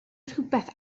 rhywbeth